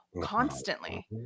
constantly